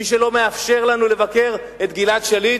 מי שלא מאפשר לנו לבקר את גלעד שליט,